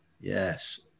Yes